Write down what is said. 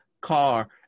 car